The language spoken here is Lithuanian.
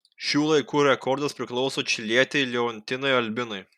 šių laikų rekordas priklauso čilietei leontinai albinai